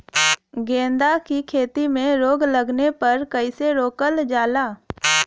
गेंदा की खेती में रोग लगने पर कैसे रोकल जाला?